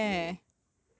I was considering eh